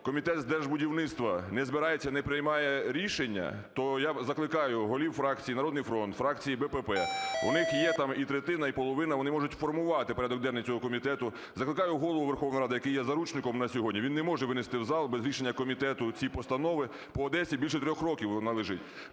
Комітет з держбудівництва не збирається, не приймає рішення, то я закликаю голів фракції "Народний фронт", фракції БПП, у них є там і третина, і половина, вони можуть формувати порядок денний цього комітету. Закликаю Голову Верховної Ради, який є заручником на сьогодні. Він не може винести в зал без рішення комітету по цій постанові по Одесі, більше 3 років вона лежить.